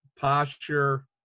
posture